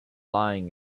lying